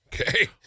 Okay